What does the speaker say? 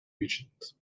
regions